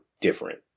different